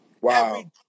Wow